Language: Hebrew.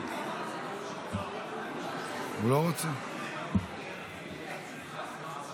הוא רוצה בעד.